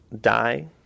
die